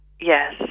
yes